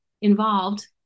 involved